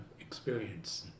experience